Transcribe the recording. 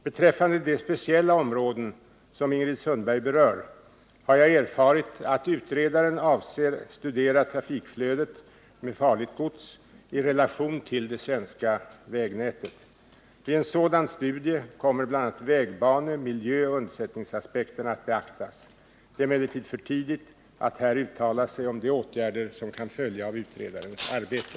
Beträffande de speciella områden som Ingrid Sundberg berör, har jag erfarit att utredaren avser studera trafikflödet med farligt gods i relation till det svenska vägnätet. Vid en sådan studie kommer bl.a. vägbane-, miljöoch undsättningsaspekterna att beaktas. Det är emellertid för tidigt att här uttala sig om de åtgärder som kan följa av utredarens arbete.